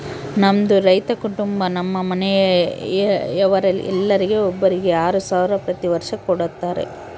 ನಮ್ಮದು ರೈತ ಕುಟುಂಬ ನಮ್ಮ ಮನೆಯವರೆಲ್ಲರಿಗೆ ಒಬ್ಬರಿಗೆ ಆರು ಸಾವಿರ ಪ್ರತಿ ವರ್ಷ ಕೊಡತ್ತಾರೆ